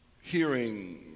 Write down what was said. hearing